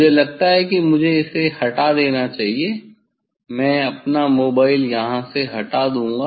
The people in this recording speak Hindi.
मुझे लगता है कि मुझे इसे हटा देना चाहिए मैं अपना मोबाइल यहाँ से हटा दूँगा